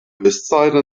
westseite